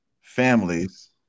families